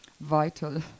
vital